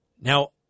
Now